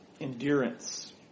Endurance